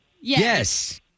Yes